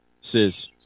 Says